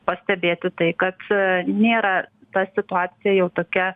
pastebėti tai kad nėra ta situacija jau tokia